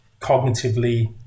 cognitively